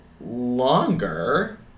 longer